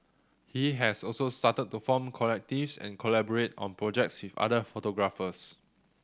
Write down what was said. he has also started to form collectives and collaborate on projects with other photographers